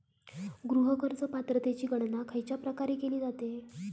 गृह कर्ज पात्रतेची गणना खयच्या प्रकारे केली जाते?